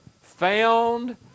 found